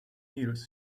years